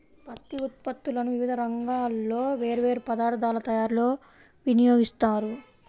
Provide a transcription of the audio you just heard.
పత్తి ఉత్పత్తులను వివిధ రంగాల్లో వేర్వేరు పదార్ధాల తయారీలో వినియోగిస్తారు